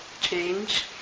change